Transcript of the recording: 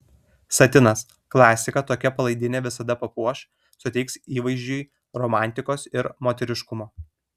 satinas klasika tokia palaidinė visada papuoš suteiks įvaizdžiui romantikos ir moteriškumo